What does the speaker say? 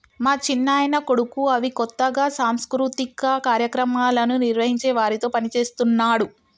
మా చిన్నాయన కొడుకు అవి కొత్తగా సాంస్కృతిక కార్యక్రమాలను నిర్వహించే వారితో పనిచేస్తున్నాడు